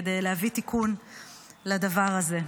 כדי להביא תיקון לדבר הזה.